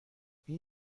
این